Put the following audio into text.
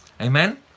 Amen